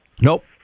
Nope